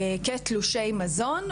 כתלושי מזון,